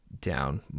down